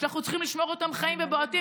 שאנחנו צריכים לשמור אותם חיים ובועטים